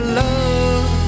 love